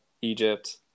egypt